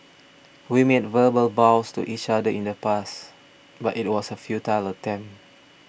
we made verbal vows to each other in the past but it was a futile attempt